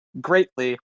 greatly